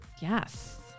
Yes